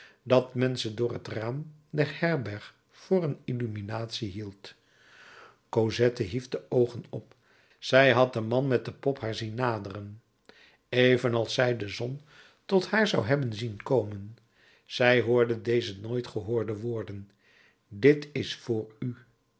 dat men ze door het raam der herberg voor een illuminatie hield cosette hief de oogen op zij had den man met de pop haar zien naderen evenals zij de zon tot haar zou hebben zien komen zij hoorde deze nooit gehoorde woorden dit is voor u